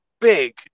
Big